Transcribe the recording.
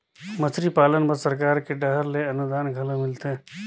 मछरी पालन बर सरकार के डहर ले अनुदान घलो मिलथे